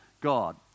God